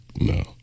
No